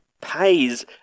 pays